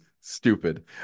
stupid